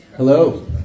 Hello